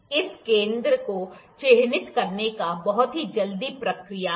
इस केंद्र को चिह्नित करना एक बहुत ही जलदी प्रक्रिया है